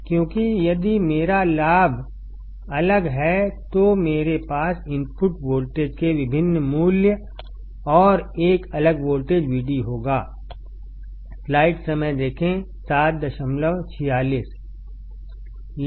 क्योंकि यदि मेरा लाभ अलग है तो मेरे पास इनपुट वोल्टेज के विभिन्न मूल्य और एक अलग वोल्टेज Vd होगा